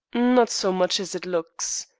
not so much as it looks.